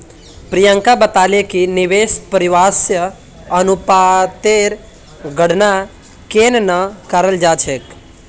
प्रियंका बताले कि निवेश परिव्यास अनुपातेर गणना केन न कराल जा छेक